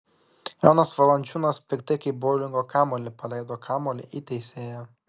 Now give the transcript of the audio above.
jonas valančiūnas piktai kaip boulingo kamuolį paleido kamuolį į teisėją